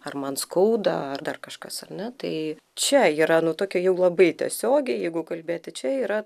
ar man skauda ar dar kažkas ar ne tai čia yra nu tokia jau labai tiesiogiai jeigu kalbėti čia yra